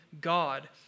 God